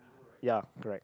ya correct